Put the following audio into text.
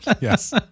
yes